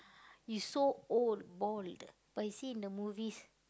he so old bald but you see in the movies